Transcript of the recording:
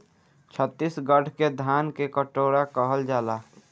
छतीसगढ़ के धान के कटोरा कहल जाला